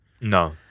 No